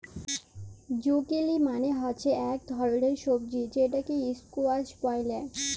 zucchini মালে হচ্যে ইক ধরলের সবজি যেটকে ইসকোয়াস ব্যলে